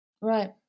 Right